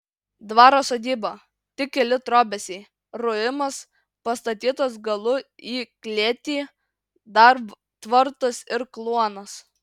dvaro sodyba tik keli trobesiai ruimas pastatytas galu į klėtį dar tvartas ir kluonas